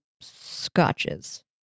scotches